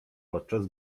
podczas